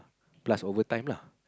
plus overtime lah